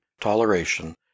toleration